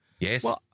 Yes